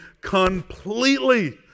completely